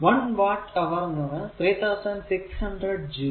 1 watt hour 3600 joule